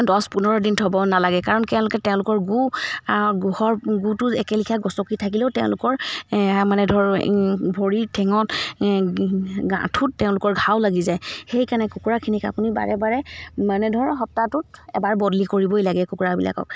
দছ পোন্ধৰ দিন থ'ব নালাগে কাৰণ তেওঁলোকে তেওঁলোকৰ গূ গোহৰ গূটো একেলিখীয়া গচকি থাকিলেও তেওঁলোকৰ মানে ধৰ ভৰি ঠেঙত আঠোত তেওঁলোকৰ ঘাঁও লাগি যায় সেইকাৰণে কুকুৰাখিনিক আপুনি বাৰে বাৰে মানে ধৰক সপ্তাহটোত এবাৰ বদলি কৰিবই লাগে কুকুৰাবিলাকক